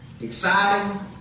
exciting